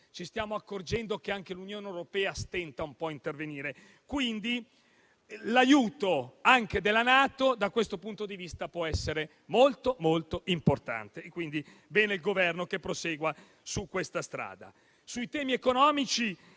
ci stiamo accorgendo che anche l'Unione europea stenta un po' a intervenire, quindi l'aiuto della NATO da questo punto di vista può essere molto importante. È quindi bene che il Governo prosegua su questa strada. Sui temi economici,